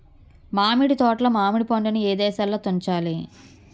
మామిడి తోటలో మామిడి పండు నీ ఏదశలో తుంచాలి?